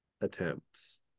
attempts